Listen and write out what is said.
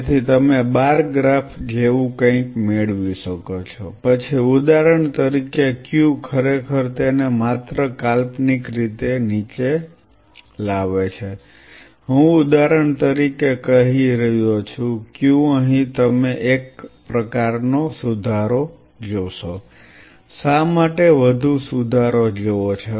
તેથી તમે bar graph જેવું કંઈક મેળવી શકો છો પછી ઉદાહરણ તરીકે Q ખરેખર તેને માત્ર કાલ્પનિક રીતે નીચે લાવે છે હું ઉદાહરણ તરીકે કહી રહ્યો છું Q અહીં તમે એક પ્રકારનો સુધારો જોશો શા માટે વધુ સુધારો જુઓ છો